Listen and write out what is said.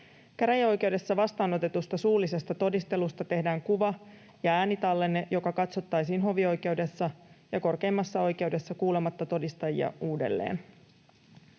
Käräjäoikeudessa vastaanotetusta suullisesta todistelusta tehdään kuva‑ ja äänitallenne, joka katsottaisiin hovioikeudessa ja korkeimmassa oikeudessa kuulematta todistajia uudelleen.